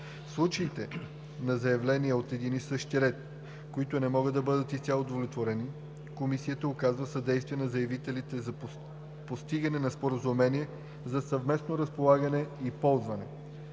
случай на заявления от един и същ ред, които не могат да бъдат изцяло удовлетворени, Комисията оказва съдействие на заявителите за постигане на споразумение за съвместно разполагане и ползване.